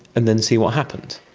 and then see what happened.